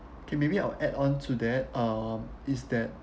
okay maybe I'll add on to that um is that